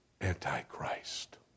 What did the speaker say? Antichrist